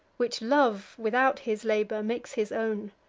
which love, without his labor, makes his own.